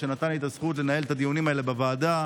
שנתן לי את הזכות לנהל את הדיונים האלה בוועדה.